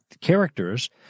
characters